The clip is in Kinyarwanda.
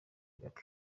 gabby